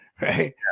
right